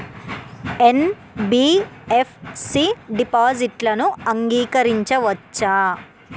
NBFC డిపాజిట్లను అంగీకరించవచ్చా?